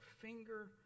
Finger